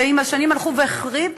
שעם השנים הלכו והחריפו,